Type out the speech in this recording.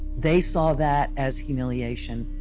they saw that as humiliation.